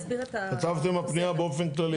כתבתם הפנייה באופן כללי.